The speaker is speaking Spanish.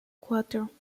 cuatro